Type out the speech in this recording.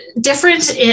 different